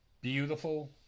beautiful